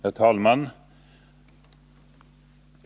Herr talman!